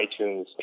iTunes